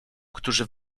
którzy